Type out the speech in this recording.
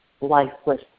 lifeless